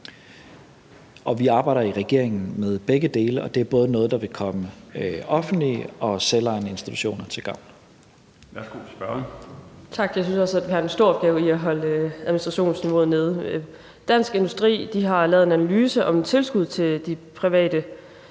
Vi arbejder jo i regeringen med begge dele, og det er noget, der både vil komme offentlige og selvejende institutioner til gavn.